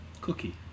cookie